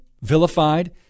vilified